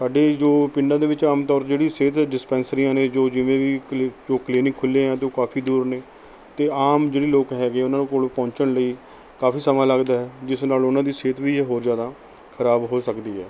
ਸਾਡੀ ਜੋ ਪਿੰਡਾਂ ਦੇ ਵਿੱਚ ਆਮ ਤੌਰ ਜਿਹੜੀ ਸਿਹਤ ਡਿਸਪੈਂਸਰੀਆਂ ਨੇ ਜੋ ਜਿਵੇਂ ਵੀ ਕਲੀ ਜੋ ਕਲੀਨਿਕ ਖੁੱਲੇ ਆ ਉਹ ਕਾਫੀ ਦੂਰ ਨੇ ਅਤੇ ਆਮ ਜਿਹੜੇ ਲੋਕ ਹੈਗੇ ਉਹਨਾਂ ਨੂੰ ਕੋਲ ਪਹੁੰਚਣ ਲਈ ਕਾਫੀ ਸਮਾਂ ਲੱਗਦਾ ਹੈ ਜਿਸ ਨਾਲ ਉਹਨਾਂ ਦੀ ਸਿਹਤ ਵੀ ਹੋ ਜ਼ਿਆਦਾ ਖਰਾਬ ਹੋ ਸਕਦੀ ਹੈ